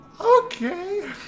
Okay